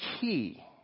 key